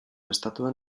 estatuan